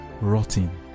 rotting